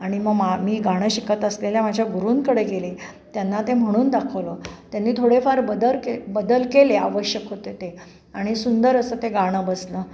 आणि मग मा मी गाणं शिकत असलेल्या माझ्या गुरूंकडे गेले त्यांना ते म्हणून दाखवलं त्यांनी थोडेफार बदल के बदल केले आवश्यक होते ते आणि सुंदर असं ते गाणं बसलं